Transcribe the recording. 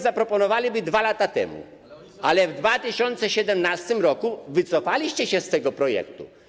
zaproponowałoby 2 lata temu, ale w 2017 r. wycofaliście się z tego projektu.